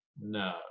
No